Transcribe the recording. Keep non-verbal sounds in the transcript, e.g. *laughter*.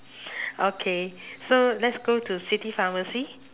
*breath* okay so let's go to city pharmacy